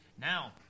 Now